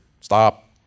Stop